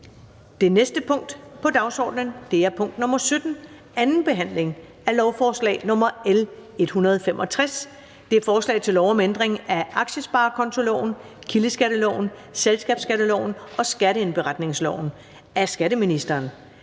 Det næste punkt på dagsordenen er: 17) 2. behandling af lovforslag nr. L 165: Forslag til lov om ændring af aktiesparekontoloven, kildeskatteloven, selskabsskatteloven og skatteindberetningsloven. (Forhøjelse